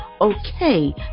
okay